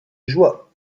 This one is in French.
joie